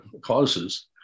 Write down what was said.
causes